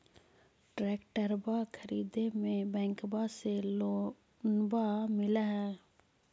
ट्रैक्टरबा खरीदे मे बैंकबा से लोंबा मिल है?